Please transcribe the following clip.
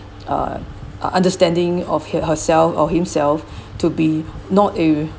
uh uh understanding of her~ herself or himself to be not a